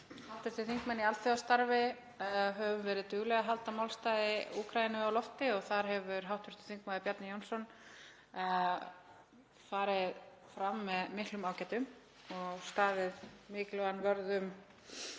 við hv. þingmenn í alþjóðastarfi höfum verið dugleg að halda málstað Úkraínu á lofti og þar hefur hv. þm. Bjarni Jónsson farið fram með miklum ágætum og staðið mikilvægan vörð um